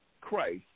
Christ